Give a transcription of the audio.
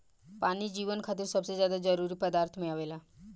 पानी जीवन खातिर सबसे ज्यादा जरूरी पदार्थ में आवेला